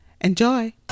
Enjoy